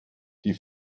die